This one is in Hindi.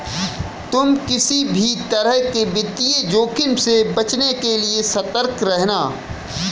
तुम किसी भी तरह के वित्तीय जोखिम से बचने के लिए सतर्क रहना